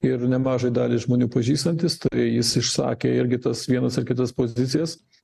ir nemažą dalį žmonių pažįstantis tai jis išsakė irgi tas vienas ar kitas pozicijas